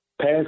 pass